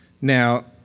Now